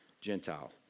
Gentile